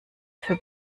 für